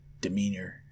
demeanor